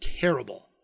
terrible